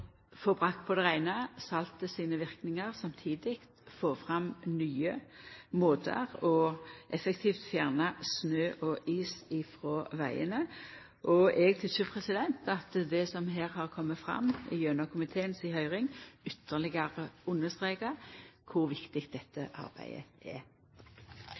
sine verknader på det reine og samtidig det å få fram nye måtar som effektivt fjernar snø og is frå vegane. Eg tykkjer at det som har kome fram gjennom komiteen si høyring, ytterlegare understrekar kor viktig dette arbeidet er.